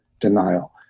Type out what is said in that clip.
denial